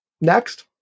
Next